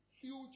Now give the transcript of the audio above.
Huge